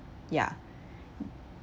ya